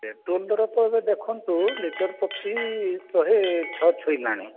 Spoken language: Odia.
ପେଟ୍ରୋଲ୍ ଦର ତ ଏବେ ଦେଖନ୍ତୁ ଲିଟର୍ ପ୍ରତି ଶହେଛଅ ଛୁଇଁଲାଣି